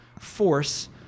force